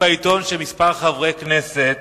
קראתי בעיתון שכמה חברי כנסת